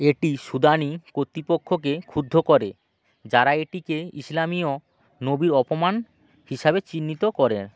এটি সুদানী কতৃপক্ষকে ক্ষুদ্ধ করে যারা এটিকে ইসলামীয় নবীর অপমান হিসাবে চিহ্নিত করেন